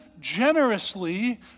generously